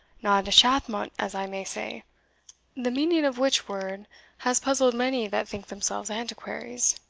not a shathmont, as i may say the meaning of which word has puzzled many that think themselves antiquaries.